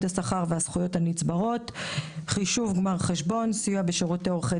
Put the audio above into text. השכר והזכויות הנצברות; חישוב גמר חשבון; סיוע בשירותי עורכי